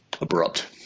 abrupt